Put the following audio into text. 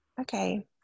Okay